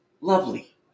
Lovely